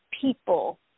people